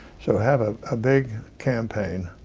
so have a ah big campaign,